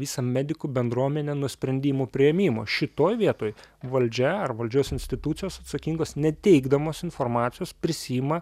visą medikų bendruomenę nuo sprendimų priėmimo šitoj vietoj valdžia ar valdžios institucijos atsakingos neteikdamos informacijos prisiima